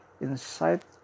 inside